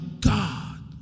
God